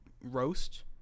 roast